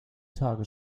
tage